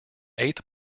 eighth